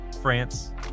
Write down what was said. France